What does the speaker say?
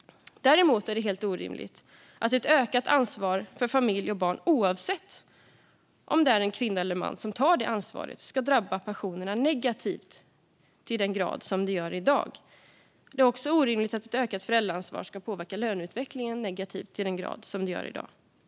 Däremot är det helt orimligt att ett ökat ansvar för familj och barn, oavsett om det är en kvinna eller man som tar det ansvaret, ska drabba pensionerna negativt till den grad det gör i dag. Det är också orimligt att ett ökat föräldraansvar ska påverka löneutvecklingen negativt till den grad som det gör i dag.